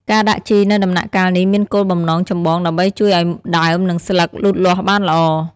ការដាក់ជីនៅដំណាក់កាលនេះមានគោលបំណងចម្បងដើម្បីជួយឱ្យ ដើម និងស្លឹក លូតលាស់បានល្អ។